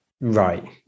Right